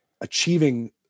achieving